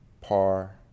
par